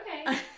Okay